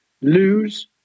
lose